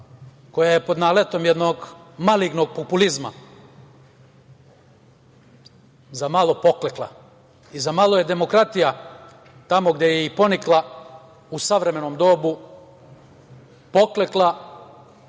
koja je pod naletom jednog malignog populizma za malo poklekla i za malo je demokratija tamo gde je i ponikla u savremenom dobu poklekla,